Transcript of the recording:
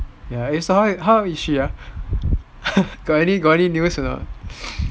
eh ya so how is she ah got any got any news or not